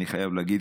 אני חייב להגיד,